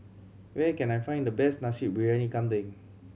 where can I find the best Nasi Briyani Kambing